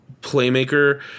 playmaker